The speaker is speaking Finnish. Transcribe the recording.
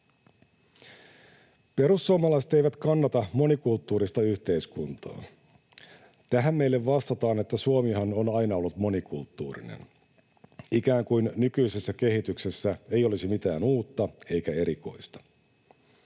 Perussuomalaiset eivät kannata monikulttuurista yhteiskuntaa. Tähän meille vastataan, että Suomihan on aina ollut monikulttuurinen, ikään kuin nykyisessä kehityksessä ei olisi mitään uutta eikä erikoista.